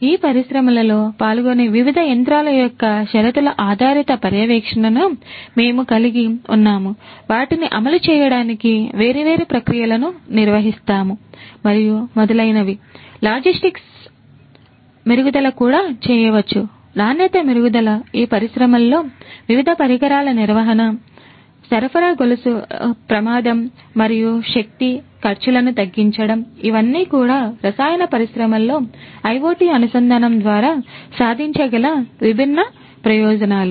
ఈ పరిశ్రమలలో పాల్గొనే వివిధ యంత్రాల యొక్క షరతుల ఆధారిత పర్యవేక్షణను మరియు శక్తి ఖర్చులను తగ్గించడం ఇవన్నీ కూడా రసాయన పరిశ్రమలో IoT అనుసంధానం ద్వారా సాధించగల విభిన్న ప్రయోజనాలు